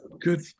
good